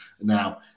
Now